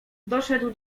doszedł